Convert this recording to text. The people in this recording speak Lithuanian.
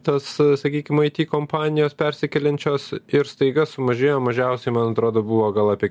tas sakykim ai ty kompanijos persikeliančios ir staiga sumažėjo mažiausiai man atrodo buvo gal apie